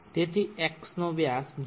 તેથી x નો વ્યાસ 0